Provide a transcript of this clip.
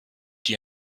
die